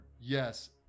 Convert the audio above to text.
Yes